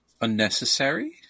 unnecessary